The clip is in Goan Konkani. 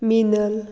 मिनल